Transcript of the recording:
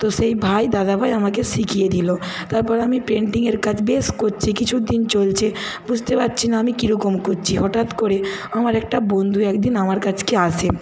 তো সেই ভাই দাদাভাই আমাকে শিখিয়ে দিলো তারপর আমি পেন্টিংয়ের কাজ বেশ করছি কিছুদিন চলছে বুঝতে পারছি না আমি কীরকম করছি হঠাৎ করে আমার একটা বন্ধু একদিন আমার কাছকে আসে